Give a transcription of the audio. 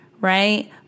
right